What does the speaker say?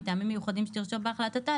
מטעמים מיוחדים שתרשום בהחלטתה,